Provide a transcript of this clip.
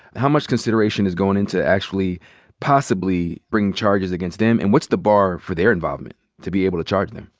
how munch consideration is going into actually possibly bringing charges against them. and what's the bar for their involvement to be able to charge them?